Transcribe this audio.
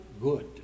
good